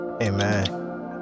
amen